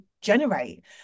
generate